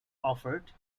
offered